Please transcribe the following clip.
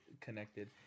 connected